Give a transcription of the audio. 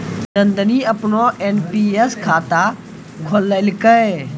नंदनी अपनो एन.पी.एस खाता खोललकै